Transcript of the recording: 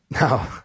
No